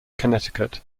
connecticut